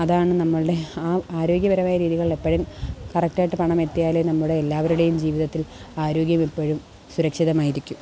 അതാണ് നമ്മളുടെ ആ ആരോഗ്യപരമായ രീതികളിലെപ്പോഴും കറക്റ്റായിട്ട് പണമെത്തിയാലെ നമ്മുടെ എല്ലാവരുടെയും ജീവത്തിൽ ആരോഗ്യമെപ്പോഴും സുരക്ഷിതമായിരിക്കൂ